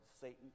Satan